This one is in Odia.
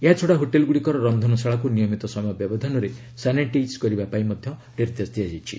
ଏହାଛଡ଼ା ହୋଟେଲ୍ଗୁଡ଼ିକର ରନ୍ଧନଶାଳାକୁ ନିୟମିତ ସମୟ ବ୍ୟବଧାନରେ ସାନିଟାଇଜ୍ କରିବା ପାଇଁ ମଧ୍ୟ ନିର୍ଦ୍ଦେଶ ଦିଆଯାଇଛି